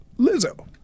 Lizzo